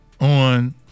on